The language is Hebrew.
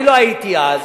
אני לא הייתי אז,